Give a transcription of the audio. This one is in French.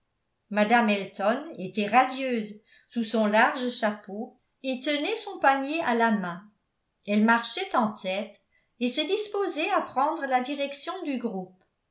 mme elton était radieuse sous son large chapeau et tenait son panier à la main elle marchait en tête et se disposait à prendre la direction du groupe